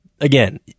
Again